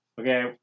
Okay